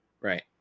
right